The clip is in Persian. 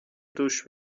دوش